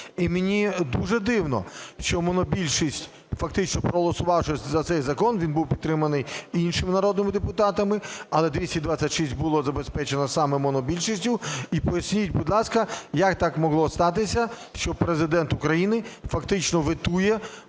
І мені дуже дивно, що монобільшість, фактично проголосувавши за цей закон, він був підтриманий іншими народними депутатами, але 226 було забезпечено саме монобільшістю. І поясніть, будь ласка, як так могло статися, що Президент України фактично ветує